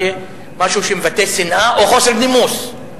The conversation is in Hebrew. כמשהו שמבטא שנאה או חוסר נימוס.